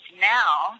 now